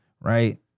right